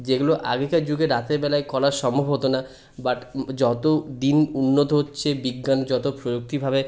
যেগুলো আগেকার যুগে রাতের বেলায় করা সম্ভব হত না বাট যত দিন উন্নত হচ্ছে বিজ্ঞান যত প্রযুক্তিভাবে